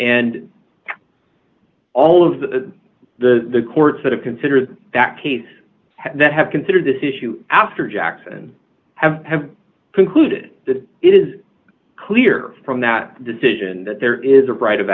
and all of the the courts that have considered that case that have considered this issue after jackson have concluded that it is clear from that decision that there is a right of